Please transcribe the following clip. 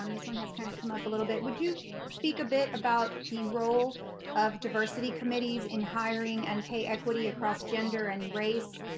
um this one has kind of come up a little bit. would you speak a bit about the role of diversity committees in hiring and pay equity across gender and race?